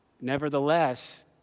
Nevertheless